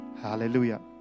Hallelujah